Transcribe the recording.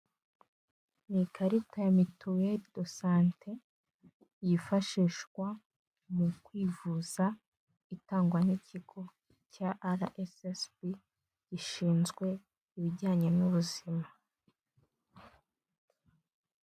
Ni ikarita ya mituelle de sante, yifashishwa mu kwivuza itangwa n'ikigo cya RSSB gishinzwe ibijyanye n'ubuzima.